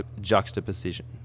juxtaposition